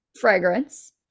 fragrance